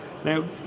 Now